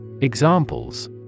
Examples